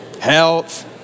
health